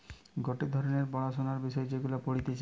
গটে ধরণের পড়াশোনার বিষয় যেগুলা পড়তিছে